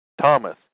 Thomas